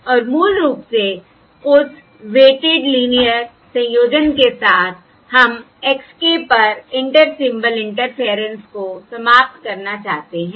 और मूल रूप से उस वेटिड लीनियर संयोजन के साथ हम x k पर इंटर सिंबल इंटरफेयरेंस को समाप्त करना चाहते हैं